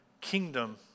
kingdom